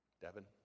Devin